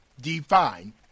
define